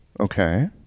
Okay